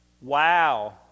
Wow